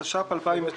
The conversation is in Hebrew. התש"ף 2019